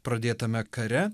pradėtame kare